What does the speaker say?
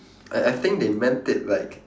I I think they meant it like